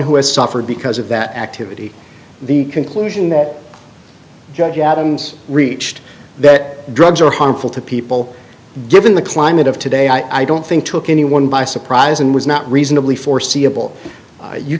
who has suffered because of that activity the conclusion that judge adams reached that drugs are harmful to people given the climate of today i don't think took anyone by surprise and was not reasonably foreseeable you